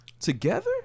Together